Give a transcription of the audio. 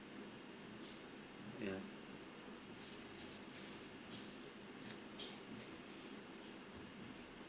yeah